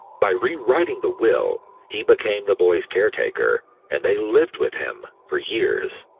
by rewriting the will, he became the boys caretaker and they lived with him for years.